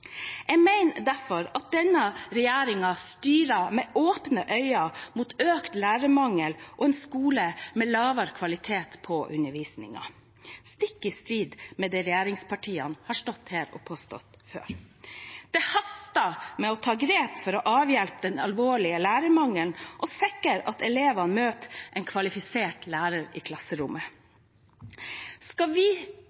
Jeg mener derfor at denne regjeringen styrer med åpne øyne mot økt lærermangel og en skole med lavere kvalitet på undervisningen, stikk i strid med det regjeringspartiene har stått her og påstått før. Det haster med å ta grep for å avhjelpe den alvorlige lærermangelen og sikre at elevene møter en kvalifisert lærer i klasserommet.